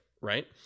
right